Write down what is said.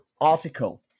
article